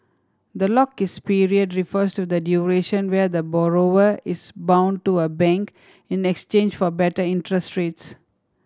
the lock is period refers to the duration where the borrower is bound to a bank in exchange for better interest rates